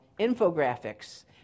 infographics